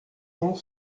cent